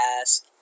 ask